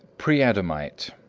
pre-adamite,